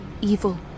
evil